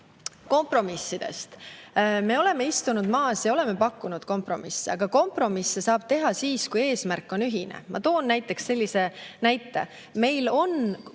kompromissidest. Me oleme istunud maas ja pakkunud kompromisse, aga kompromisse saab teha siis, kui eesmärk on ühine. Ma toon sellise näite. Meil on